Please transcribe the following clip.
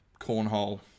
cornhole